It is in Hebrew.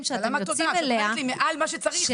יוצאים אליה --- למה את אומרת מעל מה שצריך,